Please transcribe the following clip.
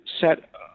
set